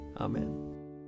Amen